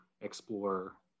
explore